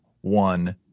one